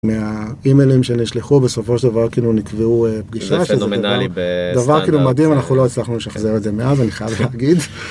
מהאימיילים שנשלחו בסופו של דבר כאילו נקבעו פגישה שזה דבר כאילו מדהים אנחנו לא הצלחנו להשחזר את זה מאז אני חייב להגיד.